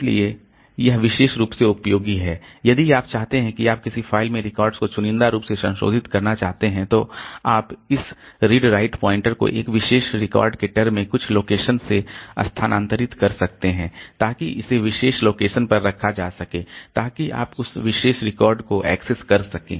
इसलिए यह विशेष रूप से उपयोगी है यदि आप चाहते हैं कि आप किसी फ़ाइल में रिकॉर्ड्स को चुनिंदा रूप से संशोधित करना चाहते हैं तो आप इस रीड राइट पॉइंटर को एक विशेष रिकॉर्ड के टर्म में कुछ लोकेशन से स्थानांतरित कर सकते हैं ताकि इसे विशेष लोकेशन पर रखा जा सके ताकि आप उस विशेष रिकॉर्ड को एक्सेस कर सकें